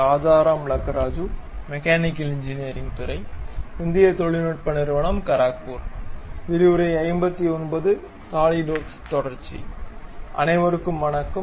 SolidWorks தொடர்ச்சி அனைவருக்கும் வணக்கம்